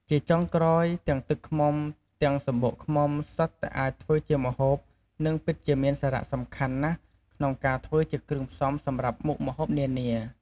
ជាចុងក្រោយ ទាំងទឹកឃ្មុំ ទាំងសំបុកឃ្មុំសុទ្ធតែអាចធ្វើជាម្ហូបនិងពិតជាមានសារៈសំខាន់ណាស់ក្នុងការធ្វើជាគ្រឿងផ្សំសម្រាប់មុខម្ហូបនានា។